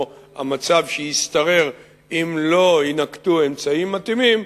או המצב שישתרר אם לא יינקטו אמצעים מתאימים,